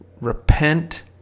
Repent